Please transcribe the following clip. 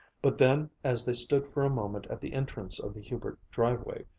but then, as they stood for a moment at the entrance of the hubert driveway,